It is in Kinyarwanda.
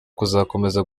kuzakomeza